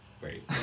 great